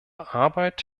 arbeit